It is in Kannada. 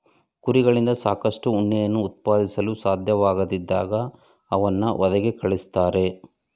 ಕುರಿಗಳಿಂದ ಸಾಕಷ್ಟು ಉಣ್ಣೆಯನ್ನು ಉತ್ಪಾದಿಸಲು ಸಾಧ್ಯವಾಗದಿದ್ದಾಗ ಅವನ್ನು ವಧೆಗೆ ಕಳಿಸ್ತಾರೆ